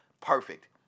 perfect